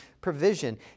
provision